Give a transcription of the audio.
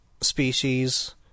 species